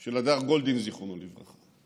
של הדר גולדין, זיכרונו לברכה.